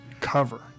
cover